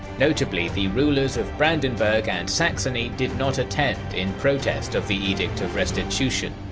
notably, the rulers of brandenburg and saxony did not attend in protest of the edict of restitution.